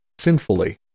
sinfully